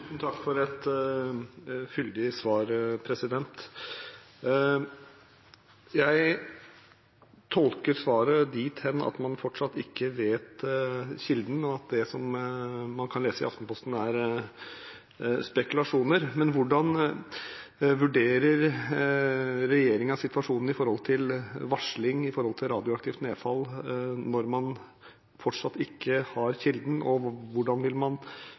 takk for et fyldig svar. Jeg tolker svaret dithen at man fortsatt ikke vet kilden, og at det man kan lese i Aftenposten, er spekulasjoner. Men hvordan vurderer regjeringen situasjonen når det gjelder varsling om radioaktivt nedfall når man fortsatt ikke har kilden, og hvordan vil man